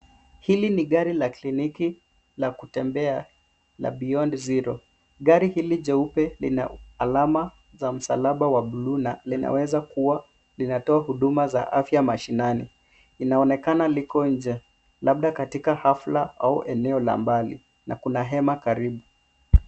Hili ni gari la kliniki la kutembea la Beyond Zero, gari hili jeupe lina alama za msalaba la bluu na linaweza kua linatoa huduma za afya mashinane. Inaonekana liko nje labda katika hafla au eneo la mbali na kuna hema karibu.